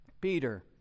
Peter